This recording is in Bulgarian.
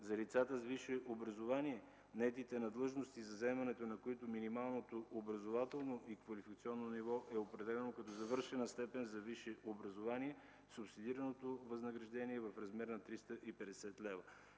За лицата с висше образование, наети на длъжност, за заемането на които минималното образователно и квалификационно ниво е определено като „завършена степен за висше образование”, субсидираното възнаграждение е в размер на 350 лв.